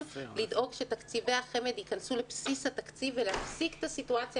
לדאוג שתקציבי החמ"ד ייכנסו לבסיס התקציב ולהפסיק את הסיטואציה